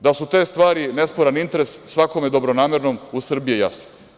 Da su te stvari nesporan interes svakome dobronamernom u Srbiji je jasno.